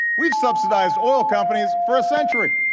we've subsidised oil companies for a century.